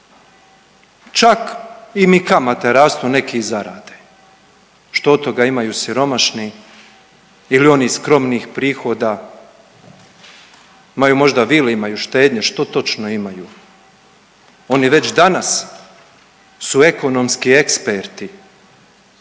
čak im i kamate rastu, neki zarade, što od toga imaju siromašni ili oni skromnih prihoda, imaju možda vile, imaju štednje, što točno imaju? Oni već danas su ekonomski eksperti